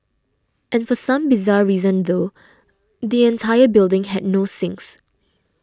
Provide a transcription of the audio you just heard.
and for some bizarre reason though the entire building had no sinks